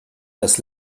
das